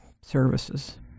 services